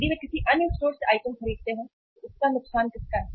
यदि वे किसी अन्य स्टोर में आइटम खरीदते हैं तो इसका नुकसान किसका है